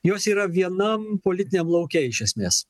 jos yra vienam politiniam lauke iš esmės